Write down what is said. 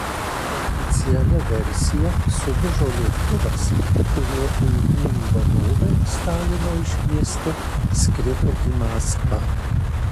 oficialia versija sudužo lėktuvas kuriuo uigūrų vadovai stalino iškviesti skrido į maskvą